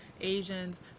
Asians